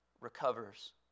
recovers